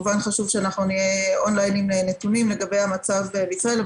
שנהיה און ליין עם נתונים לגבי המצב בישראל.